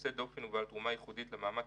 יוצא דופן ובעל תרומה לאנשים ייחודית למאמץ